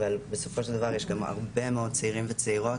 אבל בסופו של דבר יש גם הרבה מאוד צעירים וצעירות